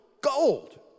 gold